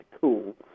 cool